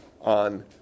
on